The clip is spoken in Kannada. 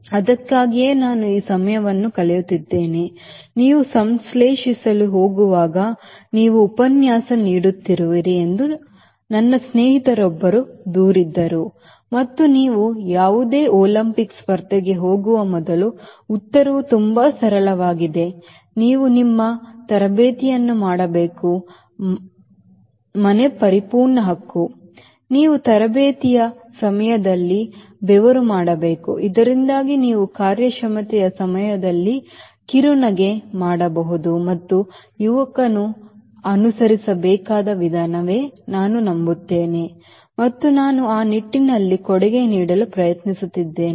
ಅದಕ್ಕಾಗಿಯೇ ನಾನು ಈ ಸಮಯವನ್ನು ಕಳೆಯುತ್ತಿದ್ದೇನೆ ನೀವು ಸಂಶ್ಲೇಷಿಸಲು ಹೋಗುವಾಗ ನೀವು ಉಪನ್ಯಾಸ ನೀಡುತ್ತಿರುವಿರಿ ಎಂದು ನನ್ನ ಸ್ನೇಹಿತರೊಬ್ಬರು ದೂರಿದರು ಮತ್ತು ನೀವು ಯಾವುದೇ ಒಲಿಂಪಿಕ್ ಸ್ಪರ್ಧೆಗೆ ಹೋಗುವ ಮೊದಲು ಉತ್ತರವು ತುಂಬಾ ಸರಳವಾಗಿದೆ ನೀವು ನಿಮ್ಮ ತರಬೇತಿಯನ್ನು ಮಾಡಬೇಕು ಮನೆ ಪರಿಪೂರ್ಣ ಹಕ್ಕು ನೀವು ತರಬೇತಿಯ ಸಮಯದಲ್ಲಿ ಬೆವರು ಮಾಡಬೇಕು ಇದರಿಂದಾಗಿ ನೀವು ಕಾರ್ಯಕ್ಷಮತೆಯ ಸಮಯದಲ್ಲಿ ಕಿರುನಗೆ ಮಾಡಬಹುದು ಮತ್ತು ಯುವಕನು ಅನುಸರಿಸಬೇಕಾದ ವಿಧಾನವೇ ನಾನು ನಂಬುತ್ತೇನೆ ಮತ್ತು ನಾನು ಆ ನಿಟ್ಟಿನಲ್ಲಿ ಕೊಡುಗೆ ನೀಡಲು ಪ್ರಯತ್ನಿಸುತ್ತಿದ್ದೇನೆ